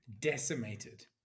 decimated